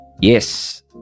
Yes